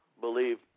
believe